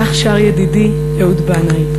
כך שר ידידי אהוד בנאי,